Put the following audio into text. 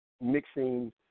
mixing